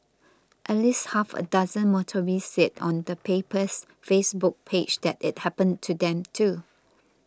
at least half a dozen motorists said on the paper's Facebook page that it happened to them too